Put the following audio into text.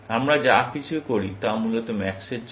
আমরা যা কিছু করি তা মূলত ম্যাক্সের জন্য